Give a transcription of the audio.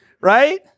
Right